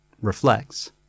reflects